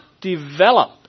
develop